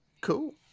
cool